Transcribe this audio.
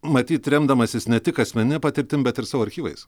matyt remdamasis ne tik asmenine patirtim bet ir savo archyvais